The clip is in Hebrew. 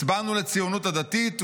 הצבענו לציונות הדתית,